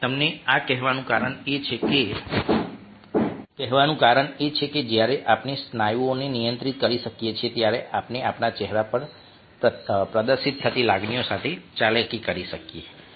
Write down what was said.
તમને આ કહેવાનું કારણ એ છે કે જ્યારે આપણે સ્નાયુઓને નિયંત્રિત કરી શકીએ છીએ ત્યારે આપણે આપણા ચહેરા પર પ્રદર્શિત થતી લાગણીઓ સાથે ચાલાકી કરી શકીએ છીએ